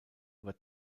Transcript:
über